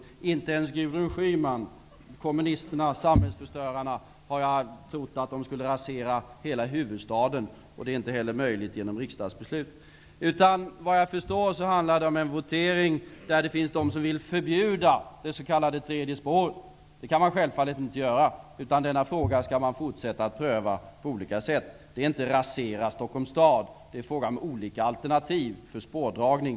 Jag tror inte att ens Gudrun Schyman, kommunisterna och samhällsförstörarna skulle rasera hela huvudstaden. Det är inte heller möjligt genom riksdagsbeslut. Såvitt jag förstår handlar det om en votering där det finns de som vill förbjuda det s.k. tredje spåret. Det kan man självfallet inte göra. Denna fråga skall fortsätta att prövas på olika sätt. Det är inte att rasera Stockholms stad. Det är fråga om olika alternativ för spårdragning.